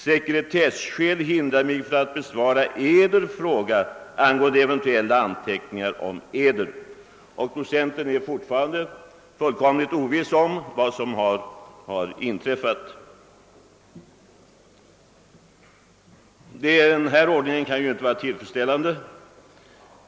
Sekretesskäl hind rar mig från att besvara Eder fråga angående eventuella anteckningar om Eder.» Docenten är fortfarande fullständigt oviss om vad som har inträffat. Denna ordning kan ju inte vara tillfredsställande.